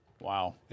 Wow